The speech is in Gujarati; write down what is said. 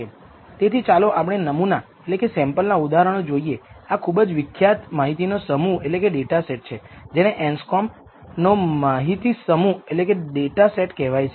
તેથી ચાલો આપણે નમુના ના ઉદાહરણો જોઈએ આ ખૂબ જ વિખ્યાત માહિતીનો સમૂહ છે જેને એન્સકોમ નો માહિતી સમૂહ કહેવાય છે